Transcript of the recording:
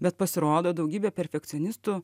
bet pasirodo daugybė perfekcionistų